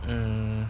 um